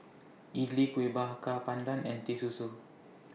Idly Kuih Bakar Pandan and Teh Susu